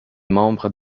membre